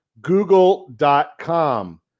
google.com